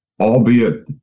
albeit